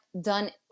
done